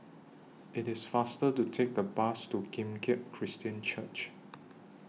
IT IS faster to Take The Bus to Kim Keat Christian Church